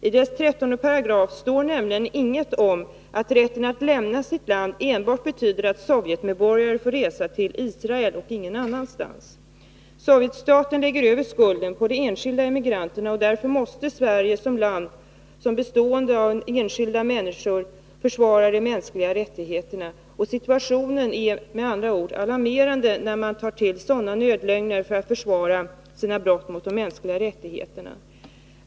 I dess 13 § står nämligen inget om att rätten att lämna sitt land när det gäller Sovjetmedborgare enbart betyder att de får resa till Israel och ingen annanstans. Sovjetstaten lägger över skulden på de enskilda emigranterna. Därför måste Sverige som land, bestående av enskilda människor, försvara de mänskliga rättigheterna. Situationen är alarmerande, när man i Sovjet tar till sådana nödlögner för att försvara sina brott mot de mänskliga rättigheterna.